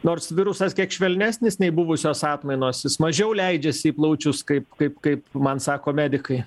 nors virusas kiek švelnesnis nei buvusios atmainos jis mažiau leidžiasi į plaučius kaip kaip kaip man sako medikai